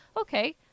Okay